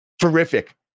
Terrific